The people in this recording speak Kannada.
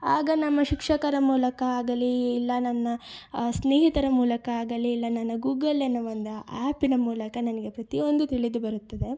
ಆಗ ನಮ್ಮ ಶಿಕ್ಷಕರ ಮೂಲಕ ಆಗಲೀ ಇಲ್ಲ ನನ್ನ ಸ್ನೇಹಿತರ ಮೂಲಕ ಆಗಲಿ ಇಲ್ಲ ನನ್ನ ಗೂಗಲ್ಲಿನ ಒಂದು ಆ್ಯಪಿನ ಮೂಲಕ ನನಗೆ ಪ್ರತಿ ಒಂದು ತಿಳಿದು ಬರುತ್ತದೆ